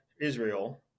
Israel